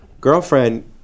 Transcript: girlfriend